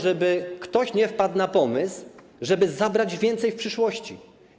Żeby ktoś nie wpadł na pomysł, żeby zabrać więcej w przyszłości.